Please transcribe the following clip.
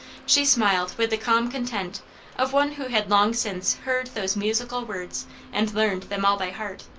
she smiled with the calm con tent of one who had long since heard those musical words and learned them all by heart.